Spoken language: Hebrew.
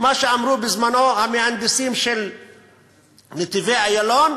מה שאמרו בזמנם המהנדסים של "נתיבי איילון"